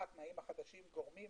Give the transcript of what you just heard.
מה התנאים החדשים גורמים